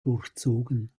durchzogen